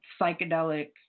psychedelic